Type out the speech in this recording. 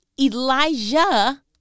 Elijah